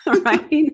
Right